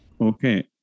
Okay